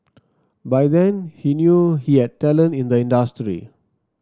by then he knew he had talent in the industry